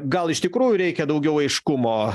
gal iš tikrųjų reikia daugiau aiškumo